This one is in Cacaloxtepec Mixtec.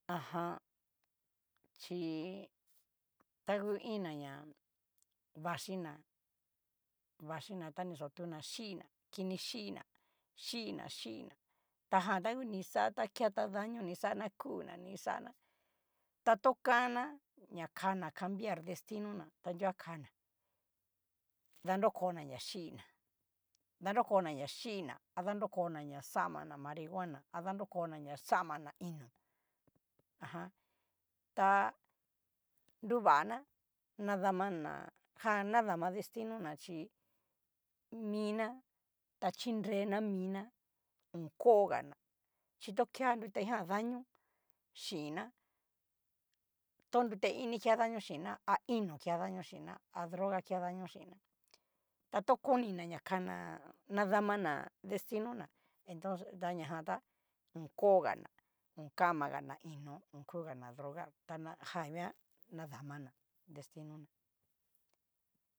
Ajan chí tangu iin na ña vaxhina vaxhina ta ni xa otuna xhína kini xhina, xhina, xhina, ta janta ngu ni kixata keta daño ni kixa na kuna ni kixana, ta to kan'na na kana cambiar destino ná ta nruguan kana, danrokona ná xhína, danrokona na xhina ha danrokona na xamana marihuana, ha danrokona na xamana ino'o, ajan ta nruvana nadamana jan nadama destino ná, chi mina gta chinrena mina ho kogana chi tokea tutejan daño xina, to nrute ini kea daño xhinna a ino'o kea daño xhinna a droga kea daño xhinna, tato konina na kana nadamana destino entonces dañajan tá okogana. okamagana ino'o, ho kugana drogar ta na jan guan nadamana destino ná.